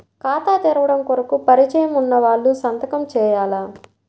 ఖాతా తెరవడం కొరకు పరిచయము వున్నవాళ్లు సంతకము చేయాలా?